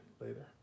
Later